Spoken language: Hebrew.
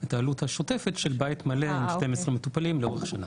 את העלות השוטפת של בית מלא עם 12 מטופלים בשנה.